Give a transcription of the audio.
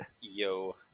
yo